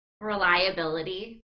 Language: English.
reliability